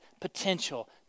potential